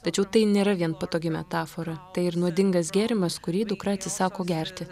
tačiau tai nėra vien patogi metafora tai ir nuodingas gėrimas kurį dukra atsisako gerti